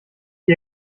die